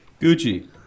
Gucci